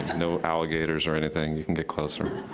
no alligators or anything you can get closer.